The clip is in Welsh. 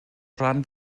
rhan